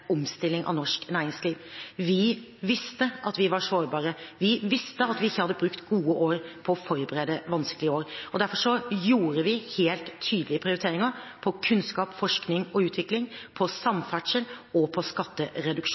omstilling av norsk næringsliv. Vi visste at vi var sårbare. Vi visste at vi ikke hadde brukt gode år på å forberede vanskelige år, og derfor gjorde vi helt tydelige prioriteringer – på kunnskap, forskning og utvikling, på samferdsel og på